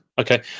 Okay